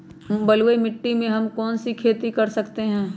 बलुई मिट्टी में हम कौन कौन सी खेती कर सकते हैँ?